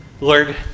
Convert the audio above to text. Lord